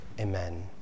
Amen